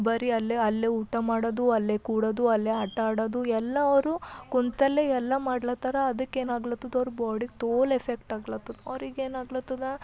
ಬರೀ ಅಲ್ಲೆ ಅಲ್ಲೇ ಊಟ ಮಾಡೋದು ಅಲ್ಲೆ ಕೂಡೋದು ಅಲ್ಲೆ ಆಟ ಆಡೋದು ಎಲ್ಲ ಅವರು ಕೂತಲ್ಲೆ ಎಲ್ಲ ಮಾಡ್ಲತ್ತಾರ ಅದಕ್ಕೆ ಏನು ಆಗ್ಲತ್ತದ ಅವ್ರು ಬಾಡಿಗೆ ತೋಲ್ ಎಫೆಕ್ಟ್ ಆಗ್ಲತ್ತದ ಅವ್ರಿಗೆ ಏನು ಆಗ್ಲತ್ತದ